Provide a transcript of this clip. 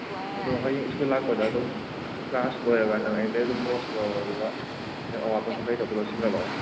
ꯑꯗꯣ ꯍꯌꯦꯡ ꯁ꯭ꯀꯨꯜ ꯂꯥꯛꯄꯗ ꯑꯗꯨꯝ ꯀ꯭ꯂꯥꯁ ꯂꯣꯏꯔꯒ ꯅꯪ ꯑꯩꯉꯣꯟꯗꯒꯤ ꯑꯗꯨꯝ ꯅꯣꯠꯁꯇꯣ ꯂꯧꯔꯣ ꯑꯗꯨꯒ ꯅꯪ ꯑꯋꯥꯠꯄ ꯃꯈꯩꯗꯣ ꯁꯤꯡꯗꯣ ꯍꯌꯦꯡꯗꯣ ꯄꯨꯂꯞ ꯁꯤꯡꯒꯠꯂꯛꯑꯣ